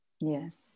Yes